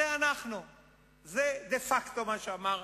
זה, דה-פקטו, מה שהוא אמר.